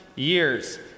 Years